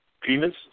Penis